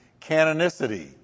Canonicity